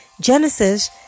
Genesis